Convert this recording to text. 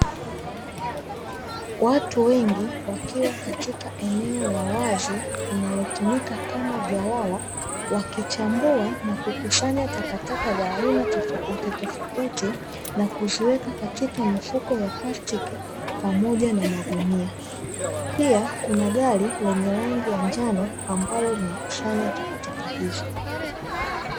Watu wengi wakiwa katika eneo la wazi linalotumika kama jalala, wakichambua na kukusanya takataka za aina tofauti tofauti na kuziweka katika mifuko ya plastiki pamoja na magunia, pia kuna gari lenye rangi ya njano ambalo linakusanya takataka hizo.